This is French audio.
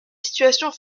situations